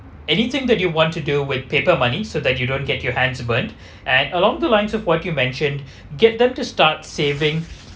anything that you want to do with paper money so that you don't get your hands burned and along the lines of what you mentioned get them to start saving